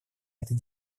этой